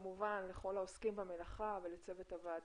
לכל העוסקים במלאכה ולצוות הוועדה,